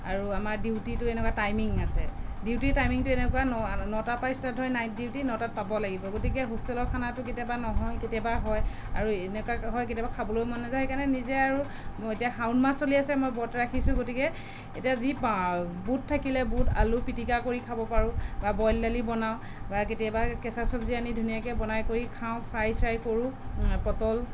আৰু আমাৰ ডিউটিটো এনেকুৱা টাইমিং আছে ডিউটিৰ টাইমিংটো এনেকুৱা ন নটাৰ পৰা ষ্টাৰ্ট হয় নাইট ডিউটি নটাত পাব লাগিব গতিকে হোষ্টেলৰ খানাটো কেতিয়াবা নহয় কেতিয়াবা হয় আৰু এনেকুৱা হয় কেতিয়াবা খাবলৈও মন নাযায় সেই কাৰণে নিজে আৰু এতিয়া শাওন মাহ চলি আছে মই ব্ৰত ৰাখিছোঁ গতিকে এতিয়া যি পাওঁ আৰু বুট থাকিলে বুট আলু পিটিকা কৰি খাব পাৰো বা বইল দালি বনাওঁ বা কেতিয়াবা কেচা চব্জি আনি ধুনীয়াকে বনাই কৰি খাওঁ ফ্ৰাই চাই কৰোঁ পটল